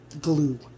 glue